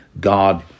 God